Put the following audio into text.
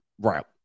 right